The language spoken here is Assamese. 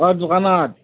অঁ দোকানত